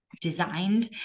designed